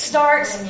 Starts